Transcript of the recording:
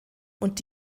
und